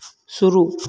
शुरू